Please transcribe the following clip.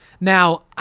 Now